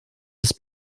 des